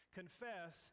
confess